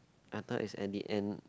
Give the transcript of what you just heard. I thought is at the end